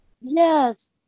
yes